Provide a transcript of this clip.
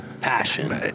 Passion